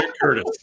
Curtis